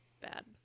bad